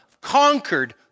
conquered